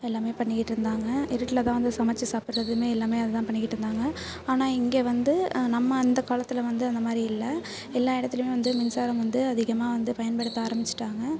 எல்லாமே பண்ணிக்கிட்டிருந்தாங்க இருட்டில் தான் வந்து சமைச்சி சாப்புடுறதுமே எல்லாமே அது தான் பண்ணிக்கிட்டிருந்தாங்க ஆனால் இங்கே வந்து நம்ம அந்த காலத்தில் வந்து அந்த மாதிரி இல்லை எல்லா இடத்துலையும் வந்து மின்சாரம் வந்து அதிகமாக வந்து பயன்படுத்த ஆரம்பித்துட்டாங்க